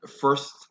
First